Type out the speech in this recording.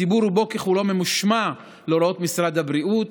הציבור רובו ככולו ממושמע להוראות משרד הבריאות.